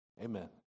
Amen